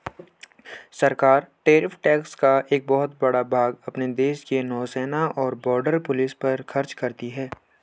सरकार tariff tax का एक बहुत बड़ा भाग अपने देश के नौसेना और बॉर्डर पुलिस पर खर्च करती हैं